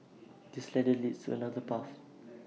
this ladder leads to another path